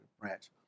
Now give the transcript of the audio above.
branch